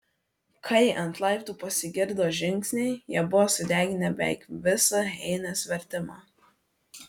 kai ant laiptų pasigirdo žingsniai jie buvo sudeginę beveik visą heinės vertimą